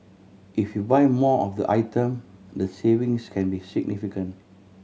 if you buy more of the item the savings can be significant